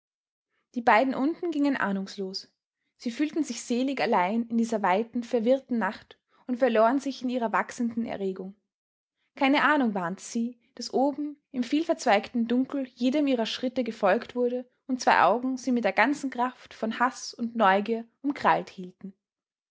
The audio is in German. die beiden unten gingen ahnungslos sie fühlten sich selig allein in dieser weiten verwirrten nacht und verloren sich in ihrer wachsenden erregung keine ahnung warnte sie daß oben im vielverzweigten dunkel jedem ihrer schritte gefolgt wurde und zwei augen sie mit der ganzen kraft von haß und neugier umkrallt hielten